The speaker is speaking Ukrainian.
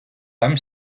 там